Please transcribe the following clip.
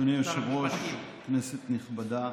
אדוני היושב-ראש, כנסת נכבדה,